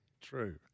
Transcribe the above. True